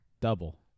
Double